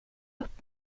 upp